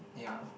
ya